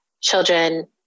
children